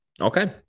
Okay